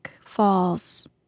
Falls